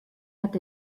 hat